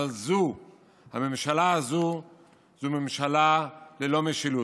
אבל זו ממשלה ללא משילות.